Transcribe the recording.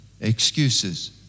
Excuses